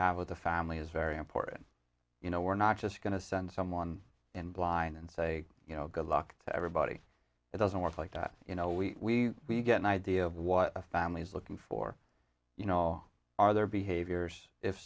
have with the family is very important you know we're not just going to send someone in line and say you know good luck to everybody it doesn't work like that you know we we get an idea of what a family is looking for you know are there behaviors if